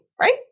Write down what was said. right